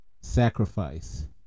Sacrifice